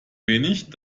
wenig